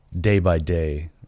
day-by-day